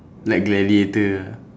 like gladiator ah